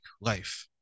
life